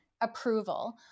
approval